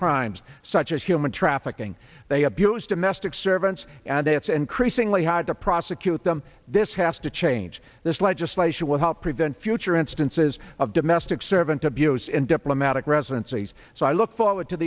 crimes such as human trafficking they abuse domestic servants and it's increasingly hard to prosecute them this has to change this legislation will help prevent future instances of domestic servant abuse and diplomatic residencies so i look forward to